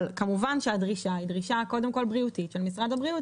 כמובן שהדרישה היא קודם כל בריאותית של משרד הבריאות,